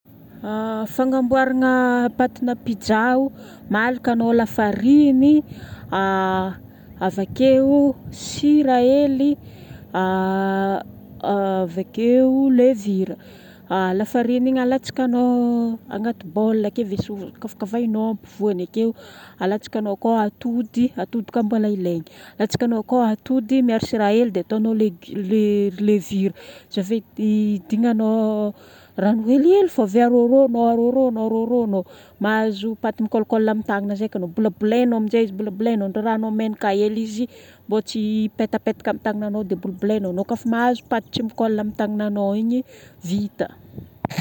Fagnamboarana patina pizza ao, malaka anao lafariny, avakeo sira hely avakeo lévure. Lafariny igny alatsakanao agnaty bol ake dia kafakafainao afovoany akeo. Alatsakanao koa atody. Atody koa mbola ilaigna